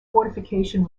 fortification